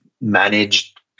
managed